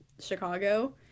Chicago